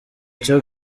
cyo